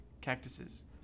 cactuses